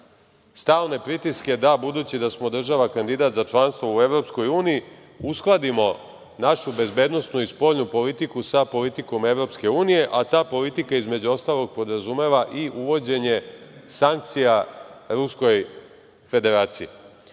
stalne pritiske da, budući da smo država kandidat za članstvo u EU, uskladimo našu bezbednosnu i spoljnu politiku sa politikom EU, a ta politika, između ostalog, podrazumeva i uvođenje sankcija Ruskoj Federaciji.